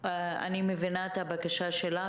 אין אמצעים דיגיטליים